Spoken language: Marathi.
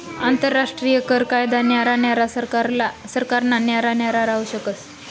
आंतरराष्ट्रीय कर कायदा न्यारा न्यारा सरकारना न्यारा न्यारा राहू शकस